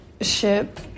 ship